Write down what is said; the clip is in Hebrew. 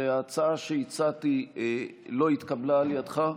שההצעה שהצעתי לא התקבלה על ידך,